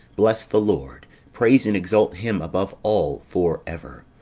bless the lord praise and exalt him above all for ever.